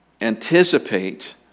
anticipate